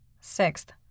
Sixth